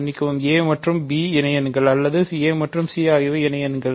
மன்னிக்கவும் a மற்றும் b இணைஎண்கள் அல்லது a மற்றும் c ஆகியவை இணைஎண்கள்